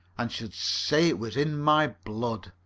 and should say it was in my blood.